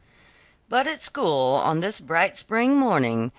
but at school on this bright spring morning,